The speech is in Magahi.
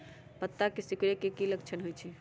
पत्ता के सिकुड़े के की लक्षण होइ छइ?